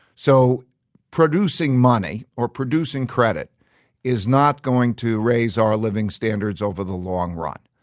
so producing money or producing credit is not going to raise our living standards over the long run.